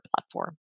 platform